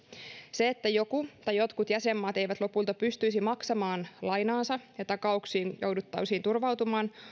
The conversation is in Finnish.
se että joku tai jotkut jäsenmaat eivät lopulta pystyisi maksamaan lainaansa ja takauksiin jouduttaisiin turvautumaan